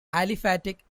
aliphatic